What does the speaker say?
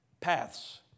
paths